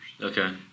Okay